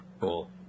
cool